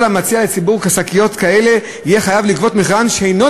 במועצות, זו איכות החיים שיש שם.